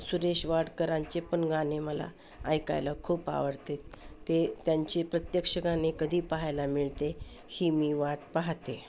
सुरेश वाडकरांचे पण गाने मला ऐकायला खूप आवडते ते त्यांचे प्रत्यक्ष गाणे कधी पाहायला मिळते ही मी वाट पाहाते